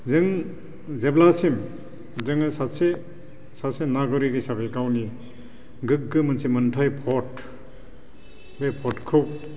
जों जेब्लासिम जोङो सासे सासे नाग'रिग हिसाबै गावनि गोग्गो मोनसे मोनथाय भट बे भटखौ